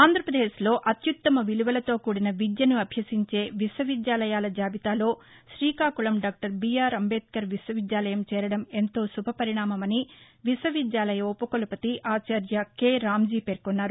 ఆంధ్రప్రదేశ్లో అక్యుత్తమ విలువలతో కూడిన విద్యను అభ్యసించే విశ్వవిద్యాలయాల జాబితాలో గ్రీకాకుళం డాక్టర్ బీఆర్ అంబేద్కర్ విశ్వవిద్యాలయం చేరడం ఎంతో శుభ పరిణామం అని విశ్వ విద్యాలయ ఉపకులవతి ఆచార్య రాంజీ పేర్కొన్నారు